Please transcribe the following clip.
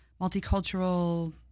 multicultural